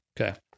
Okay